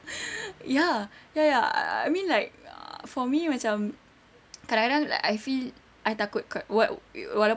ya ya ya I mean like for me macam kadang-kadang like I feel I takut kat walaupun